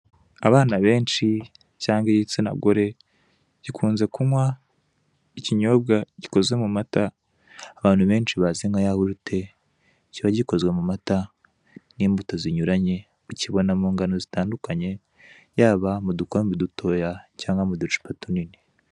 Abana benshi cyangwa igitsina gore gikunze kunywa ikinyobwa gikozwe mu mata abantu benshi bazi nka yawurute, kiba gikozwe mu mata n'imbuto zinyuranye, ukibona mu ngano zitandukanye yaba mu dukombe dutoya cyangwa mu ducupa tunini.